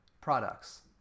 products